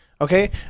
okay